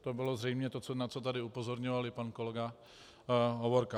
To bylo zřejmě to, na co tady upozorňoval i pan kolega Hovorka.